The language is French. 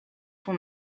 son